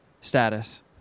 status